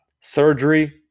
surgery